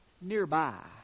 nearby